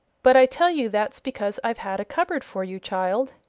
but i tell you that's because i've had a cupboard for you, child.